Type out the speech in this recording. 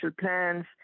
plans